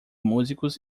músicos